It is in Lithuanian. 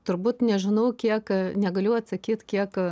turbūt nežinau kiek negaliu atsakyt kiek